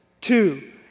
two